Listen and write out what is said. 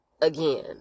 again